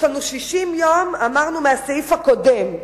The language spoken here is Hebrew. יש לנו 60 יום, אמרנו מהסעיף הקודם,